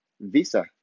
visa